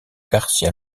garcía